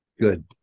Good